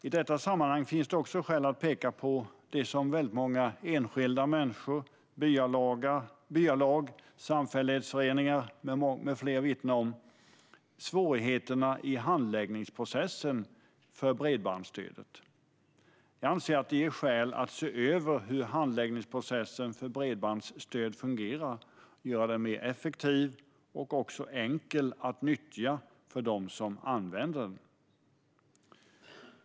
I detta sammanhang finns det också skäl att peka på det som många enskilda människor, byalag och samfällighetsföreningar med flera vittnar om: svårigheterna i handläggningsprocessen för bredbandsstödet. Jag anser att detta ger skäl att se över hur handläggningsprocessen för bredbandsstödet fungerar och att göra den mer effektiv och enkel att nyttja för användarna.